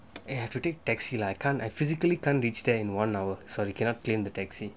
I have to take taxi lah I can't I physically can't reach there in one hour sorry cannot claim the taxi